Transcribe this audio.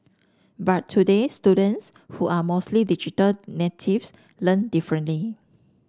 but today students who are mostly digital natives learn differently